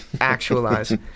actualize